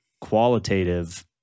qualitative